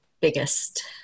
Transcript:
biggest